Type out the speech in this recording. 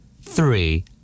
Three